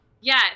Yes